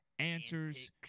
Answers